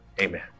amen